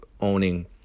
owning